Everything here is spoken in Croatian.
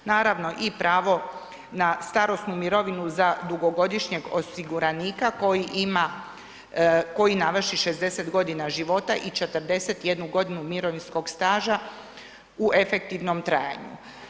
Naravno i pravo na starosnu mirovinu za dugogodišnjeg osiguranika koji ima, koji navrši 60 godina života i 41 godinu mirovinskog staža u efektivnom trajanju.